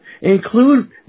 Include